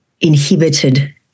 inhibited